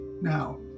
Now